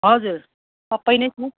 हजुर सबै नै छ